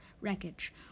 wreckage